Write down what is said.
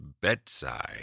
Bedside